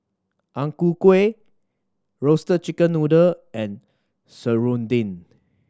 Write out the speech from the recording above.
Ang Ku Kueh Roasted Chicken Noodle and serunding